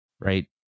right